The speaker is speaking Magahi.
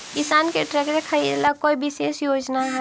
किसान के ट्रैक्टर खरीदे ला कोई विशेष योजना हई?